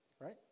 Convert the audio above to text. Right